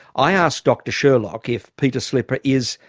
i asked dr sherlock if peter slipper is,